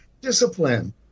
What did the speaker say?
Discipline